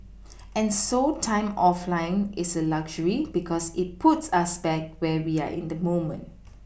and so time offline is a luxury because it puts us back where we are in the moment